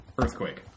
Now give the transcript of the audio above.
earthquake